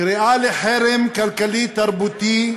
קריאה לחרם כלכלי-תרבותי-אקדמי